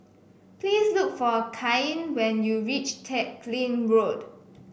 please look for Cain when you reach Teck Lim Road